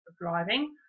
driving